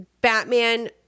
Batman